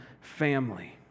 family